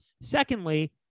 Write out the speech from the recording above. Secondly